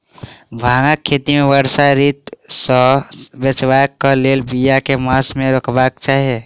भांगक खेती केँ वर्षा ऋतु सऽ बचेबाक कऽ लेल, बिया केँ मास मे रोपबाक चाहि?